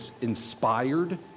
inspired